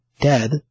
dead